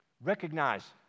Recognize